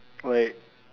like